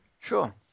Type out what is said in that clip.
Sure